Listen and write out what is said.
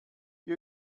die